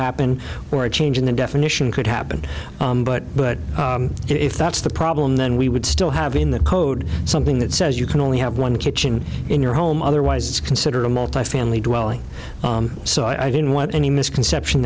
happen or a change in the definition could happen but but if that's the problem then we would still have in the code something that says you can only have one kitchen in your home otherwise it's considered a multifamily dwelling so i didn't want any misconception